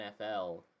NFL